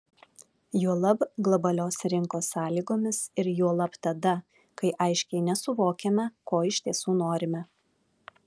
juolab globalios rinkos sąlygomis ir juolab tada kai aiškiai nesuvokiame ko iš tiesų norime